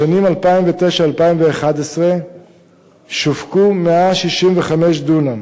בשנים 2009 2011 שווקו 165 דונם.